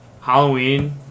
Halloween